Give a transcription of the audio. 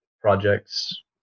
projects